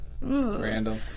Randall